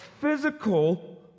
physical